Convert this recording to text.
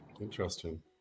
Interesting